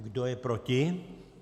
Kdo je proti?